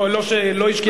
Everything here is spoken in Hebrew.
לא השקיעה,